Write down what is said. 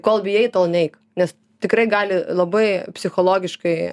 kol bijai tol neik nes tikrai gali labai psichologiškai